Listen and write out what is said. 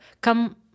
come